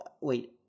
Wait